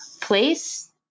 place